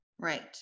right